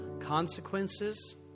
consequences